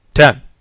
ten